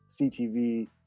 CTV